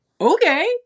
okay